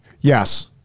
Yes